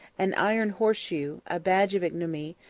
an iron horseshoe, a badge of ignominy,